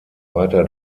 weiter